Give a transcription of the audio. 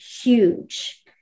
huge